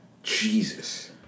Jesus